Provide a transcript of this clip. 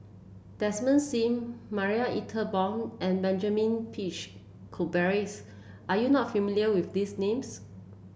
Desmond Sim Marie Ethel Bong and Benjamin Peach Keasberry are you not familiar with these names